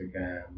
Instagram